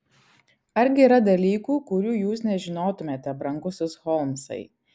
argi yra dalykų kurių jūs nežinotumėte brangusis holmsai